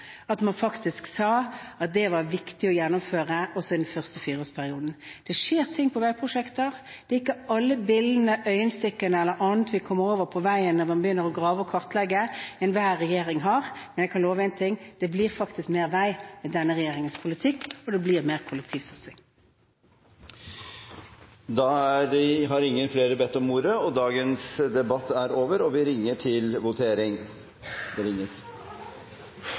at man faktisk sa at dette var viktig å gjennomføre, også i den første fireårsperioden. Det skjer ting på veiprosjekter. Det gjelder ikke alle billene, øyenstikkerne eller annet vi kommer over når man begynner å grave og kartlegge ny vei, som enhver regjering har gjort, men jeg kan love én ting: Det blir faktisk mer vei med denne regjeringens politikk, og det blir mer kollektivsatsing. Flere har ikke bedt om ordet til sakene nr. 2 og 3. Da er Stortinget klar til å gå til votering